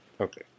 Okay